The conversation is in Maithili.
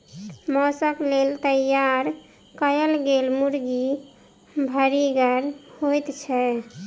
मौसक लेल तैयार कयल गेल मुर्गी भरिगर होइत छै